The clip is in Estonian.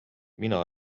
mina